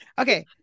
Okay